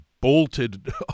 bolted